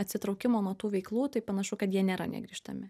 atsitraukimo nuo tų veiklų tai panašu kad jie nėra negrįžtami